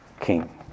king